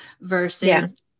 Versus